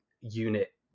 unit